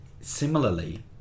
similarly